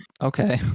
okay